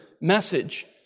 message